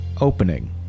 opening